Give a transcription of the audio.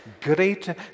greater